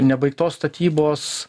nebaigtos statybos